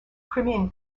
crimean